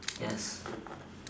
yes